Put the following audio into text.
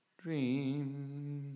dream